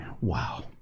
wow